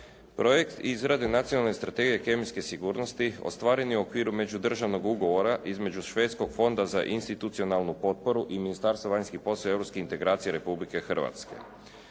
Projekt izrade Nacionalne strategije kemijske sigurnosti ostvaren je u okviru međudržavnog ugovora između švedskog fonda za institucionalnu potporu i Ministarstva vanjskih poslova i europskih integracija Republike Hrvatske.